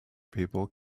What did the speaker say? people